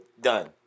Done